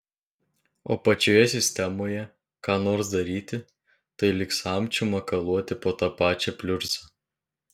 o pačioje sistemoje ką nors daryti tai lyg samčiu makaluoti po tą pačią pliurzą